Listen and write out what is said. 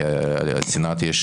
כאשר לסנט יש